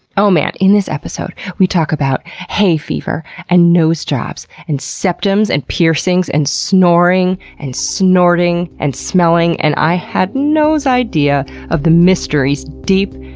oh man, in this episode, we talk all about hay fever and nose jobs and septums and piercings and snoring and snorting and smelling and i had nose idea of the mysteries deep,